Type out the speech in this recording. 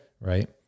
right